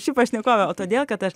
ši pašnekovė o todėl kad aš